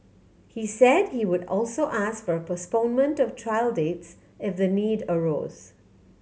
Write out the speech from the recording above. he said he would also ask for a postponement of trial dates if the need arose